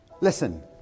Listen